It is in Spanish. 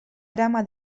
drama